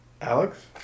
Alex